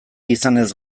izanez